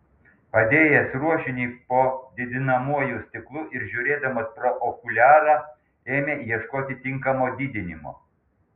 padėjęs ruošinį po didinamuoju stiklu ir žiūrėdamas pro okuliarą ėmė ieškoti tinkamo didinimo